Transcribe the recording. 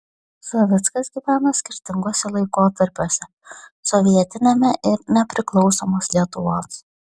savickas gyveno skirtinguose laikotarpiuose sovietiniame ir nepriklausomos lietuvos